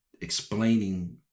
explaining